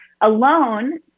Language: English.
alone